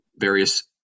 various